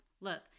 Look